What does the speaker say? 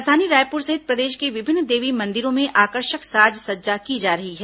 राजधानी रायपुर सहित प्रदेश के विभिन्न देवी मंदिरों में आकर्षक साज सज्जा की जा रही है